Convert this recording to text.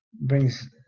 brings